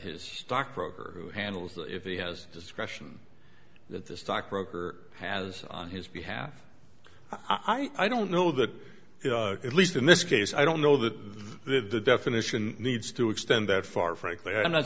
his stock broker who handles if he has discretion that the stock roker has on his behalf i don't know that at least in this case i don't know that the definition needs to extend that far frankly i'm not